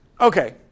Okay